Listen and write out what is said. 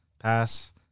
Pass